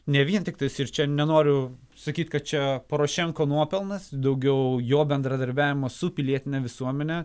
ne vien tiktais ir čia nenoriu sakyt kad čia porošenko nuopelnas daugiau jo bendradarbiavimo su pilietine visuomene